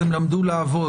אז הם למדו לעבוד.